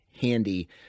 handy